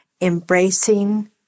Embracing